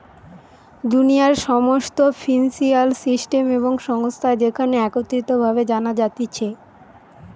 দুনিয়ার সমস্ত financial system এবং সংস্থা যেখানে একত্রিত ভাবে জানা যাতিছে